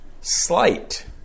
slight